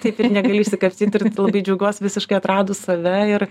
taip ir negaliu išsikapstyt ir labai džiaugiuos visiškai atradus save ir